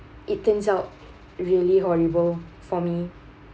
it turns out really horrible for me